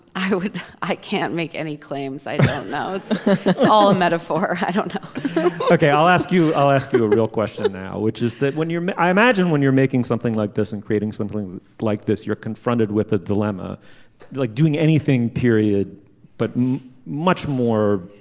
i ah i can't make any claims. i don't know. it's all a metaphor. i don't know okay i'll ask you i'll ask you a real question now which is that when you're met i imagine when you're making something like this and creating something like this you're confronted with a dilemma you like doing anything period but much more.